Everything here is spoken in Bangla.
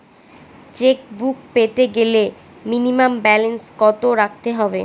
চেকবুক পেতে গেলে মিনিমাম ব্যালেন্স কত রাখতে হবে?